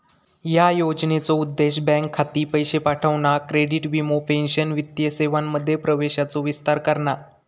ह्या योजनेचो उद्देश बँक खाती, पैशे पाठवणा, क्रेडिट, वीमो, पेंशन वित्तीय सेवांमध्ये प्रवेशाचो विस्तार करणा